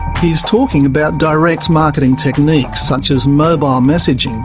he's talking about direct marketing techniques, such as mobile messaging,